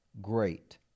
great